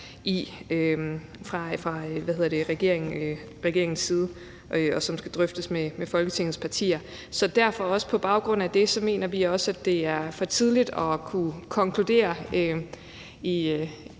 fra regeringens side, og som skal drøftes med Folketingets partier. Så på baggrund af det mener vi derfor, at det er for tidligt at kunne konkludere